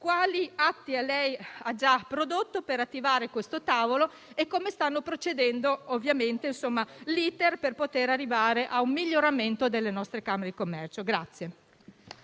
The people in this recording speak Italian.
quali atti lei abbia già prodotto per attivare questo tavolo e come stia procedendo l'*iter* per poter arrivare a un miglioramento delle nostre camere di commercio.